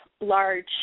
large